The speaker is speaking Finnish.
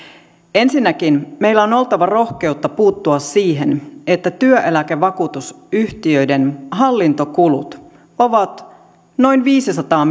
ensinnäkin meillä on oltava rohkeutta puuttua siihen että työeläkevakuutusyhtiöiden hallintokulut ovat noin viisisataa